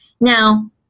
Now